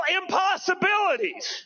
impossibilities